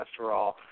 cholesterol